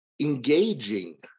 Engaging